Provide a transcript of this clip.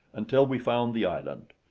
until we found the island.